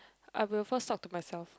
I will first talk to myself